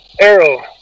Arrow